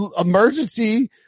emergency